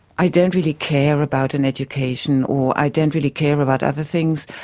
i don't really care about an education. or i don't really care about other things,